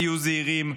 תהיו זהירים,